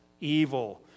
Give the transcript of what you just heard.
evil